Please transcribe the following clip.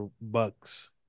Bucks